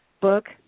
book